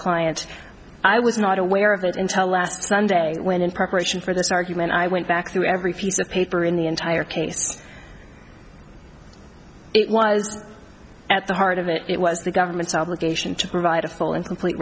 client i was not aware of that intel last sunday when in preparation for this argument i went back through every few the paper in the entire case it was at the heart of it it was the government's obligation to provide a full and complete